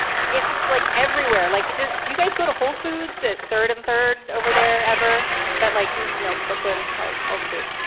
it's just like everywhere, like it does. you guys go to whole foods at third and third over there ever that like, you know, brooklyn ho hellscape?